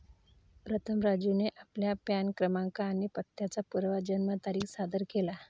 प्रथम राजूने आपला पॅन क्रमांक आणि पत्त्याचा पुरावा जन्मतारीख सादर केला